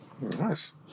nice